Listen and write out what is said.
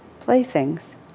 playthings